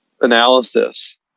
analysis